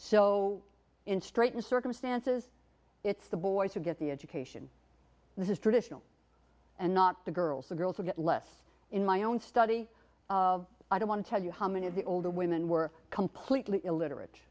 so in straitened circumstances it's the boys who get the education this is traditional and not the girls the girls will get less in my own study i don't want to tell you how many of the old women were completely illiterate